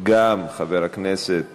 מבקשים להוסיף את חברת הכנסת